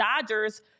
Dodgers